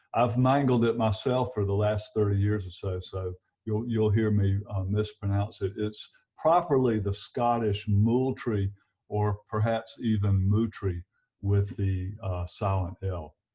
i've mangled it myself for the last thirty years so, so you'll you'll hear me mispronounce it. it's properly the scottish mooltree or perhaps even mootree with the silent l.